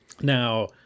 Now